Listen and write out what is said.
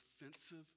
offensive